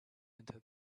into